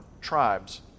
tribes